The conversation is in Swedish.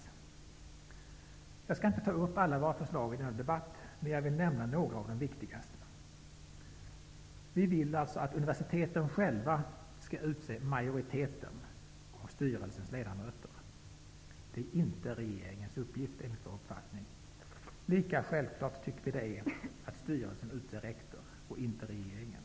Jag skall i denna debatt inte ta upp alla våra förslag, men jag vill nämna några av de viktigaste. Vi vill att universiteten själva skall utse majoriteten av styrelsens ledamöter. Det är enligt vår uppfattning inte regeringens uppgift. Lika självklart tycker vi att det är att styrelsen och inte regeringen utser rektor.